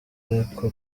ariko